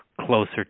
closer